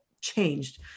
changed